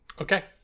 okay